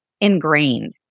ingrained